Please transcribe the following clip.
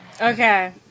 Okay